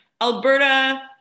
Alberta